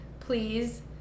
Please